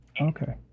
Okay